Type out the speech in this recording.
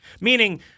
Meaning